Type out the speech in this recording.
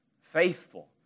faithful